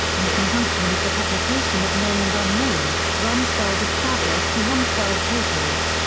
in conjunction with the publication of known and unknown, rumsfeld established the rumsfeld papers,